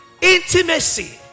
intimacy